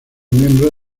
miembro